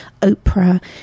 oprah